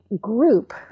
group